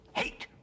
hate